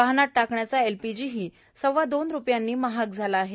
वाहनात टाकायचा एलपीजीही सव्वा दोन रुपयांनी महाग झाला आहे